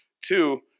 Two